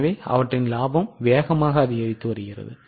எனவே அதன் லாபம் வேகமாக அதிகரித்து வருகிறது